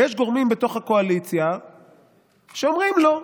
ויש גורמים בתוך הקואליציה שאומרים: לא,